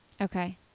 Okay